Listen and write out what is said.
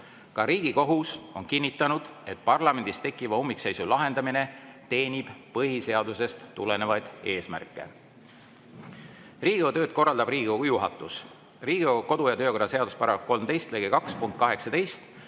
Ka Riigikohus on kinnitanud, et parlamendis tekkiva ummikseisu lahendamine teenib põhiseadusest tulenevaid eesmärke. Riigikogu tööd korraldab Riigikogu juhatus. Riigikogu kodu‑ ja töökorra seaduse § 13 lõige 2